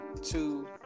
two